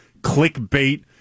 clickbait